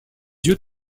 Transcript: yeux